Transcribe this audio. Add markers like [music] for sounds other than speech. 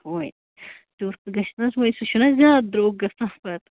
[unintelligible] گژھِ نہٕ حظ وۄنۍ سُہ چھُ نہ زیاد درٛوگ گَژھان پَتہٕ